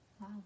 Wow